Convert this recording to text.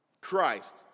Christ